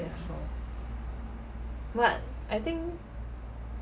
ya but I think